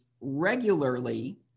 regularly